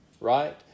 right